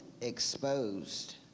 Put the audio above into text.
exposed